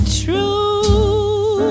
true